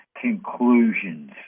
conclusions